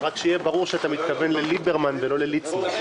רק שיהיה ברור שאתה מתכוון לליברמן ולא לליצמן.